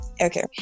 okay